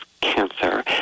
Cancer